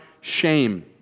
shame